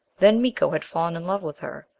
then miko had fallen in love with her.